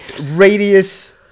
radius